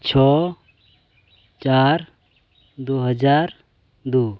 ᱪᱷᱚ ᱪᱟᱨ ᱫᱩ ᱦᱟᱡᱟᱨ ᱫᱩ